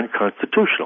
unconstitutional